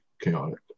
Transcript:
chaotic